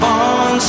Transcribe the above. on